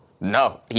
No